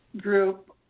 group